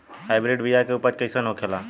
Hybrid बीया के उपज कैसन होखे ला?